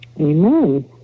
Amen